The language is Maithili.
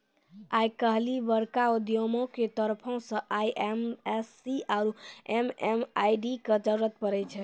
आइ काल्हि बड़का उद्यमियो के तरफो से आई.एफ.एस.सी आरु एम.एम.आई.डी के जरुरत पड़ै छै